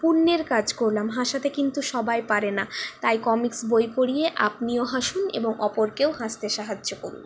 পুণ্যের কাজ করলাম হাসাতে কিন্তু সবাই পারে না তাই কমিকস বই পড়িয়ে আপনিও হাসুন এবং অপরকেও হাসতে সাহায্য করুন